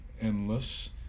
endless